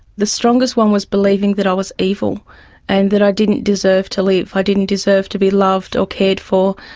the strongest one was believing that i was evil and that i didn't deserve to live, i didn't deserve to be loved or cared for,